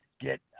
get